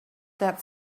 that